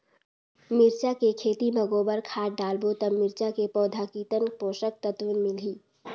मिरचा के खेती मां गोबर खाद डालबो ता मिरचा के पौधा कितन पोषक तत्व मिलही?